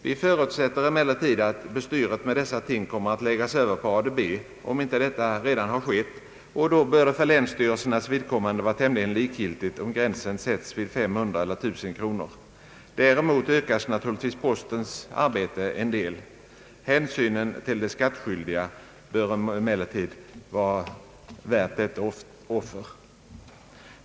Vi förutsätter emellertid att bestyret med dessa ting kommer att läggas över på ADB, om detta inte redan skett, och då bör det för länsstyrelsernas vidkommande vara tämligen likgiltigt om gränsen sätts vid 500 eller vid 1 000 kronor. Däremot ökas naturligtvis postens arbete en del. Hänsynen till de skattskyldiga bör emellertid vara värd detta offer.